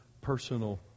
personal